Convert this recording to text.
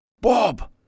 Bob